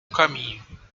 caminho